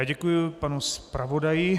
Děkuji panu zpravodaji.